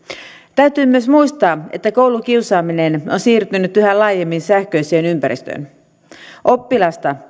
täytyy myös muistaa että koulukiusaaminen on siirtynyt yhä laajemmin sähköiseen ympäristöön oppilasta